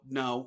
no